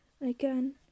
Again